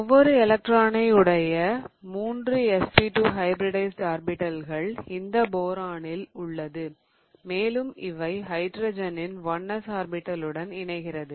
ஒவ்வொரு எலக்ட்ரானை உடைய 3 sp2 ஹைபிரிடைஸிட் ஆர்பிடல்கள் இந்த போரானில் உள்ளது மேலும் இவை ஹைட்ரஜனின் 1s ஆர்பிடலுடன் இணைகிறது